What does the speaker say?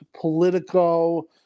Politico